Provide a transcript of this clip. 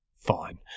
Fine